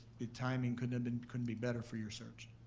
the timing couldn't and and couldn't be better for your search.